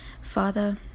Father